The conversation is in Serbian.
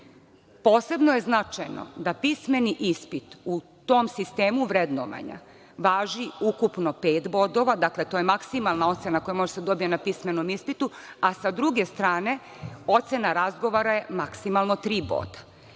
posebno je značajno da pismeni ispit u tom sistemu vrednovanja važi ukupno pet bodova, dakle to je maksimalna ocena koja može da se dobije na pismenom ispitu, a sa druge strane, ocena razgovora je maksimalno tri